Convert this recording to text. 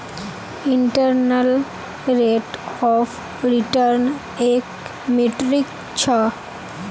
internal rate of return एक metric छ